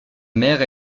mère